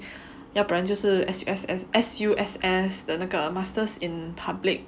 要不然就是 S_U_S_S S_U_S_S 的那个 masters in public